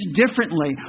differently